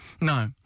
No